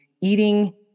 eating